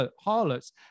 harlots